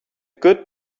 good